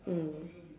mm